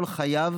כל חייו